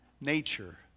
nature